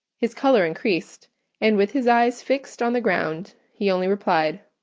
his colour increased and with his eyes fixed on the ground he only replied,